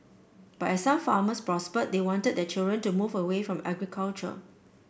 but as some farmers prospered they wanted their children to move away from agriculture